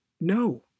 No